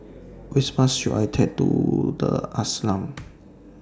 Which Bus should I Take to The Ashram